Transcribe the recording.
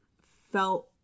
felt